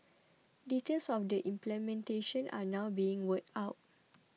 details of the implementation are now being worked out